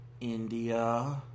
India